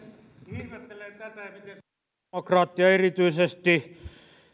ihmettelen tätä miten sosiaalidemokraattien ja erityisesti